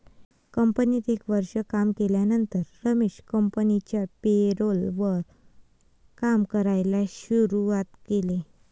कंपनीत एक वर्ष काम केल्यानंतर रमेश कंपनिच्या पेरोल वर काम करायला शुरुवात केले